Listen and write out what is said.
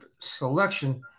selection